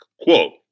Quote